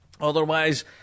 Otherwise